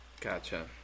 Gotcha